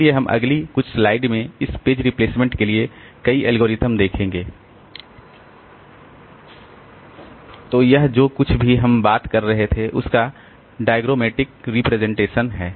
इसलिए हम अपनी अगली कुछ स्लाइड्स में इस पेज रिप्लेसमेंट के लिए कई एल्गोरिदम देखेंगे तो यह जो कुछ भी हम बात कर रहे थे उसका डायग्रामेटिक रिप्रेजेंटेशन है